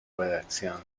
redacción